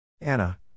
Anna